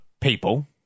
people